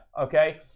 okay